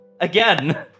Again